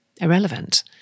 irrelevant